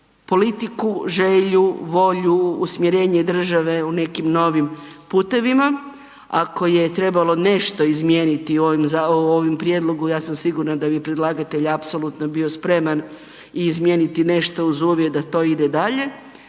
politiku, želju, volju, usmjerenje države u nekim novim putevima. Ako je trebalo nešto izmijeniti u ovom prijedlogu ja sam sigurna da bi predlagatelj apsolutno bio spreman i izmijeniti nešto uz uvjet da to ide dalje.